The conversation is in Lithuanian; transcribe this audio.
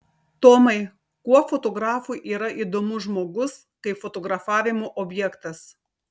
tomai kuo fotografui yra įdomus žmogus kaip fotografavimo objektas